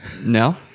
No